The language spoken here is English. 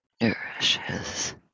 nourishes